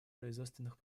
производственных